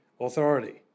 authority